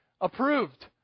approved